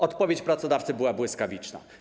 Odpowiedź pracodawcy była błyskawiczna.